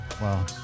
Wow